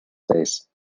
face